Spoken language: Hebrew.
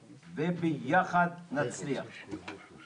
ואני מניח שגם במקומות אחרים,